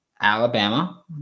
Alabama